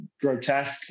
grotesque